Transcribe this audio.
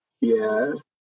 Yes